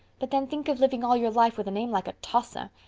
but then think of living all your life with a name like atossa!